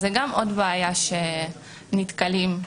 אז זו גם עוד בעיה שנתקלים בה.